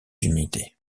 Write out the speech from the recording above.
unités